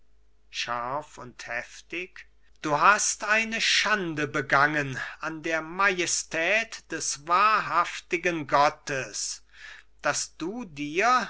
scharf und heftig du hast eine schande begangen an der majestät des wahrhaftigen gottes daß du dir